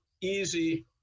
easy